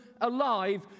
alive